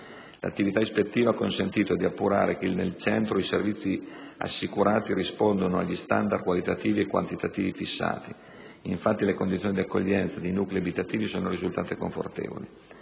L'attività ispettiva ha consentito di appurare che nel centro i servizi assicurati rispondono agli standard qualitativi e quantitativi fissati; infatti, le condizioni di accoglienza dei nuclei abitativi sono risultate confortevoli.